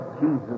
Jesus